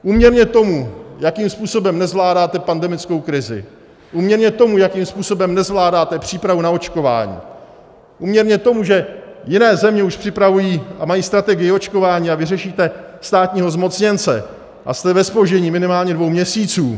Úměrně tomu, jakým způsobem nezvládáte pandemickou krizi, úměrně tomu, jakým způsobem nezvládáte přípravu na očkování, úměrně tomu, že jiné země už připravují a mají strategii očkování, vy řešíte státního zmocněnce a jste ve zpoždění minimálně dvou měsíců.